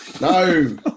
No